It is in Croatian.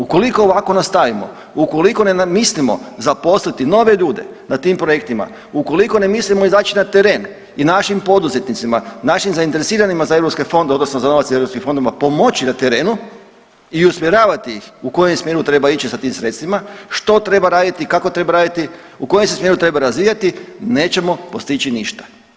Ukoliko ovako nastavimo, ukoliko ne mislimo zaposliti nove ljude na tim projektima, ukoliko ne mislimo izaći na teren i našim poduzetnicima, našim zainteresiranima za eu fondove odnosno za novac eu fondova pomoći na terenu i usmjeravati ih u kojem smjeru treba ići sa tim sredstvima, što treba raditi i kako treba raditi, u kojem se smjeru treba razvijati nećemo postići ništa.